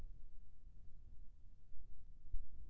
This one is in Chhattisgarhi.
संतालु हर बने कैसे लागिही?